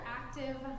active